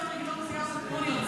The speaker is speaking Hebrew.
סיגריות רגילות וסיגריות אלקטרוניות.